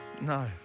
No